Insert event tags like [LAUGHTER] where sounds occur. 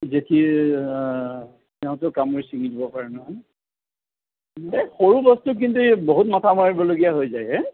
[UNINTELLIGIBLE] কি অঁ [UNINTELLIGIBLE] কামোৰি চিঙি দিব পাৰে নহয় সৰু বস্তু কিন্তু এই বহুত মাথা মাৰিবলগীয়া হৈ যায় হেঁ